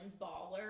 baller